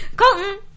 Colton